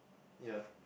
ya